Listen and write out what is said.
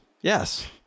Yes